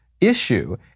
issue